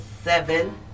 seven